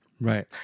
Right